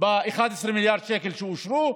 ב-11 מיליארד שקל שאושרו,